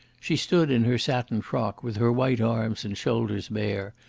she stood in her satin frock, with her white arms and shoulders bare,